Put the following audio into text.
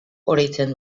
oroitzen